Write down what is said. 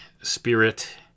spirit